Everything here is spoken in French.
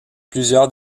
plusieurs